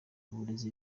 uburezi